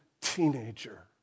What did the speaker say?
teenager